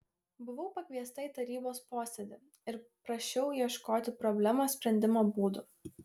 buvau pakviesta į tarybos posėdį ir prašiau ieškoti problemos sprendimo būdų